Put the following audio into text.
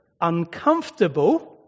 uncomfortable